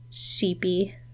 sheepy